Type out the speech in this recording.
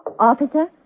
Officer